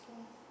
don't know